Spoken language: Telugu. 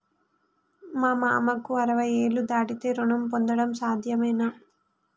మా మామకు అరవై ఏళ్లు దాటితే రుణం పొందడం సాధ్యమేనా?